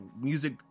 music